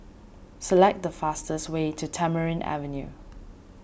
select the fastest way to Tamarind Avenue